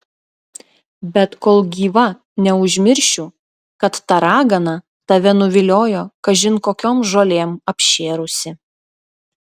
bet kol gyva neužmiršiu kad ta ragana tave nuviliojo kažin kokiom žolėm apšėrusi